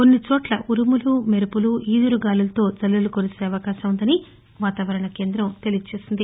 కొన్ని చోట్ల ఉరుములు మెరుపులు ఈదురు గాలులతో జల్లులు కురిసే అవకాశం ఉందని వాతావరణ కేందం తెలిపింది